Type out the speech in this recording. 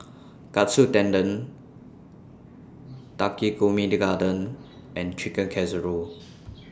Katsu Tendon Takikomi Gohan and Chicken Casserole